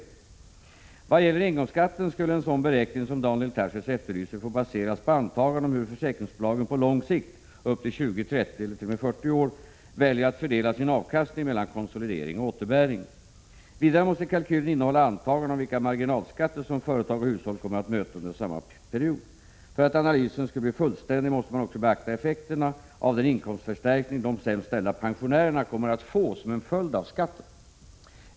Vad gäller den föreslagna engångsskatten skulle en sådan beräkning som Daniel Tarschys efterlyser få baseras på antaganden om hur försäkringsbolagen på lång sikt — upp till 20, 30 eller t.o.m. 40 år — väljer att fördela sin avkastning mellan konsolidering och återbäring. Vidare måste kalkylen innehålla antaganden om vilka marginalskatter som företag och hushåll kommer att möta under samma tidsperiod. För att analysen skulle bli fullständig måste man också beakta effekterna av den inkomstförstärkning de sämst ställda pensionärerna kommer att få som en följd av skatten.